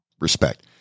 Respect